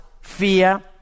fear